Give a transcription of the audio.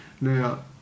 Now